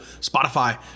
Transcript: Spotify